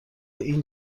این